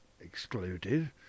excluded